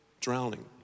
drowning